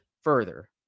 further